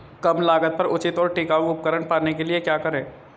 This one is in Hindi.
कम लागत पर उचित और टिकाऊ उपकरण पाने के लिए क्या करें?